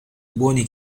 buoni